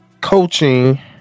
coaching